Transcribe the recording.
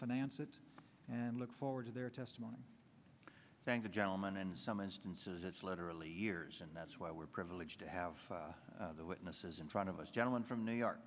finance it and look forward to their testimony thank the gentleman and some instances it's literally years and that's why we're privileged to have the witnesses in front of us gentleman from new york